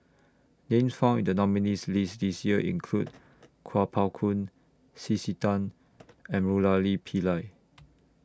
Names found in The nominees' list This Year include Kuo Pao Kun C C Tan and Murali Pillai